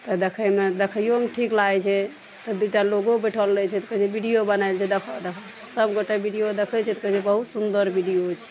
तऽ देखयमे देखइयोमे ठीक लागय छै तऽ दुइटा लोगो बैठल रहय छै तऽ कहय छै वीडियो बनाइ छै देखऽ देखऽ सबगोटे वीडियो देखय छै तऽ कहय छै बहुत सुन्दर वीडियो छै